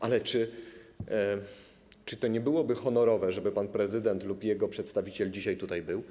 Ale czy to nie byłoby honorowe, żeby pan prezydent lub jego przedstawiciel dzisiaj tutaj był?